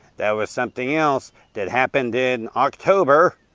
there was something else that happened in october,